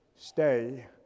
stay